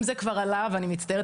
אם זה כבר עלה ואני מצטערת,